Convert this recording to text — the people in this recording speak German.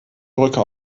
brücke